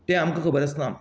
तें आमकां खबर आसना